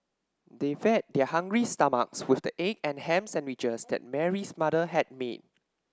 they fed their hungry stomachs with the egg and ham sandwiches that Mary's mother had made